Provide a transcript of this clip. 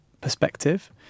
perspective